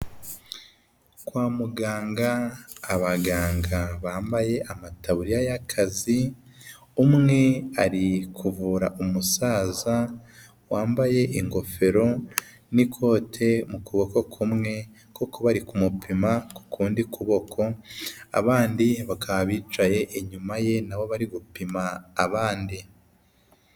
Kwa muganga abaganga bambaye amataburiya y'akazi, umwe ari kuvura umusaza wambaye ingofero n'ikote mu kuboko kumwe, kuko bari kumupima ku kundi kuboko, abandi bakaba bicaye inyuma ye, nabo bari gupima abandi.